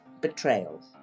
betrayals